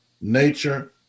nature